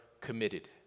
committed